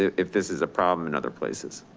if this is a problem in other places.